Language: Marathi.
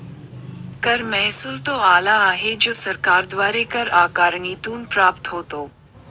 कर महसुल तो आला आहे जो सरकारद्वारे कर आकारणीतून प्राप्त होतो